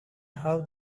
how